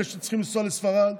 אלה שצריכים לנסוע לספרד,